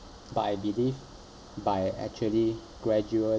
but I believe by actually gradually